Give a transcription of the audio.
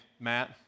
Matt